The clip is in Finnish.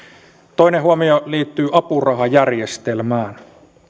toinen huomio liittyy apurahajärjestelmään